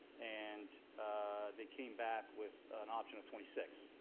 and they came back with an option of twenty six?